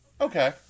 Okay